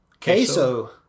Queso